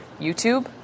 YouTube